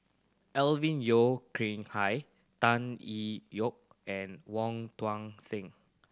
Alvin Yeo Khrin Hai Tan Yee Yoke and Wong Tuang Seng